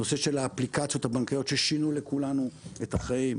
הנושא של האפליקציות הבנקאיות ששינו לכולנו את החיים,